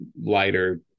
lighter